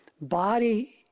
body